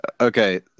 Okay